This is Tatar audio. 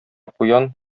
куян